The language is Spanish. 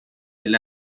del